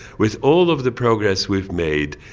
with all of the progress we've made,